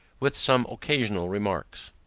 with some occasional remarks.